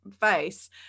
face